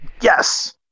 Yes